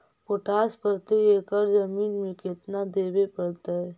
Potash प्रति एकड़ जमीन में केतना देबे पड़तै?